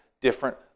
different